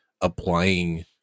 applying